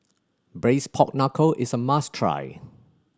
Braised Pork Knuckle is a must try